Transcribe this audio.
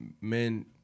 men